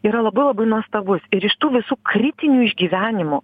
yra labai labai nuostabus ir iš tų visų kritinių išgyvenimų